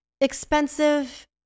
Expensive